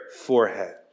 forehead